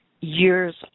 years